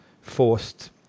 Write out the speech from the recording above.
forced